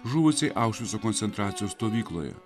žuvusiai aušvico koncentracijos stovykloje